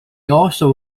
also